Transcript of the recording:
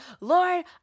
Lord